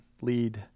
lead